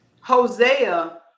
hosea